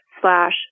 slash